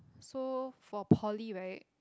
so for poly right